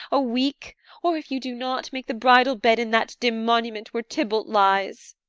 a week or, if you do not, make the bridal bed in that dim monument where tybalt lies.